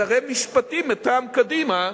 שרי משפטים מטעם קדימה,